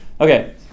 okay